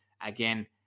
again